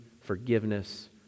forgiveness